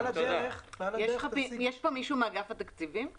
יש פה מישהו מאגף התקציבים?